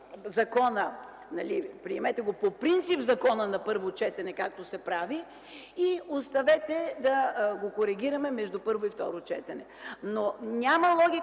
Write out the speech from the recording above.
закона. Приемете по принцип законопроекта на първо четене, както се прави, и оставете да го коригираме между първо и второ четене, но няма логика,